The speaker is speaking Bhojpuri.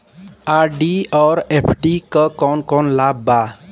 आर.डी और एफ.डी क कौन कौन लाभ बा?